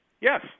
Yes